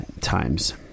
times